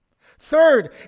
Third